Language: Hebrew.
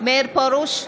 מאיר פרוש,